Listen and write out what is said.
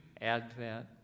Advent